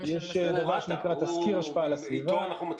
זה מה שאני מנסה להבין.